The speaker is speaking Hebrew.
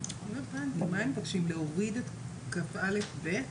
הם מבקשים להוריד את 10כא(ב)?